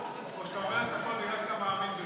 או שאתה אומר את הכול בגלל שאתה מאמין בזה.